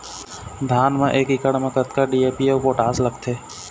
धान म एक एकड़ म कतका डी.ए.पी अऊ पोटास लगथे?